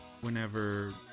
whenever